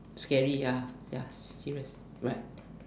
scary ya ya serious right